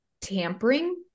tampering